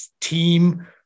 team